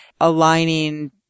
aligning